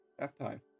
Halftime